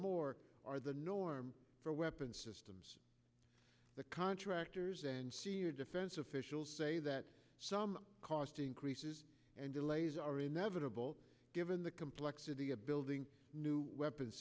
more are the norm for weapons systems the contractors and senior defense officials say that some cost increases and delays are inevitable given the complexity building new weapons